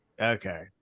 Okay